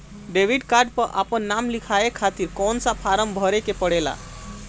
Debit card पर आपन नाम लिखाये खातिर कौन सा फारम भरे के पड़ेला?